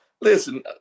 Listen